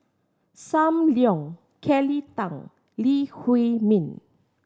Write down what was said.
Sam Leong Kelly Tang Lee Huei Min